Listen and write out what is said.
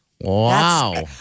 Wow